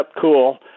cool